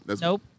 Nope